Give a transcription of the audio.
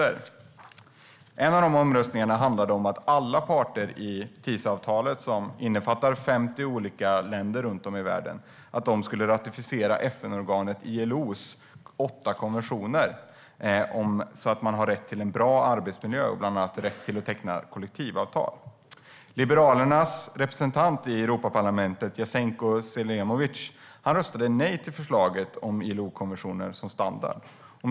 En av omröstningarna handlade om att alla parter i TISA-avtalet, som innefattar 50 olika länder runt om i världen, skulle ratificera FN-organet ILO:s åtta konventioner om rätten till en bra arbetsmiljö, bland annat rätten att teckna kollektivavtal. Liberalernas representant i Europaparlamentet Jasenko Selimovic röstade nej till förslaget om ILO-konventioner som standard.